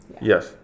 Yes